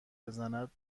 بزند